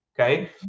Okay